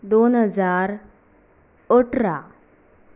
दोन हजार अठरा